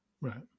Right